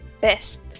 Best